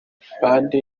mphande